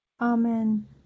AMEN